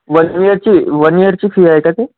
one ईअरची one ईअरची fee आहे का ते